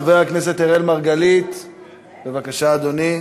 חבר הכנסת אראל מרגלית, בבקשה, אדוני.